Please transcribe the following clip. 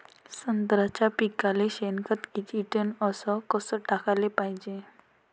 संत्र्याच्या पिकाले शेनखत किती टन अस कस टाकाले पायजे?